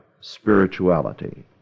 spirituality